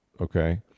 okay